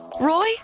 Roy